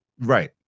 Right